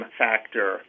factor